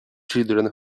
children